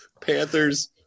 Panthers